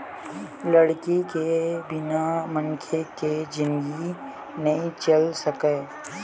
लकड़ी के बिना मनखे के जिनगी नइ चल सकय